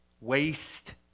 waste